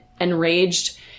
enraged